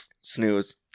snooze